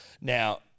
now